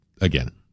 again